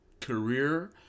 career